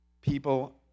People